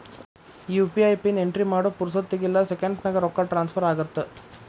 UPI PIN entry ಮಾಡೋ ಪುರ್ಸೊತ್ತಿಗಿಲ್ಲ ಸೆಕೆಂಡ್ಸ್ನ್ಯಾಗ ರೊಕ್ಕ ಟ್ರಾನ್ಸ್ಫರ್ ಆಗತ್ತ